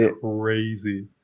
Crazy